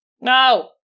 No